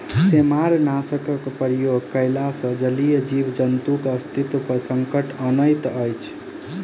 सेमारनाशकक प्रयोग कयला सॅ जलीय जीव जन्तुक अस्तित्व पर संकट अनैत अछि